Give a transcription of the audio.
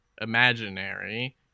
imaginary